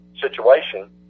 situation